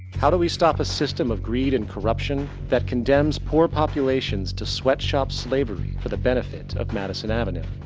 how do we stop a system of greed and corruption that condemns poor populations to sweatshop-slavery for the benefit of madison avenue?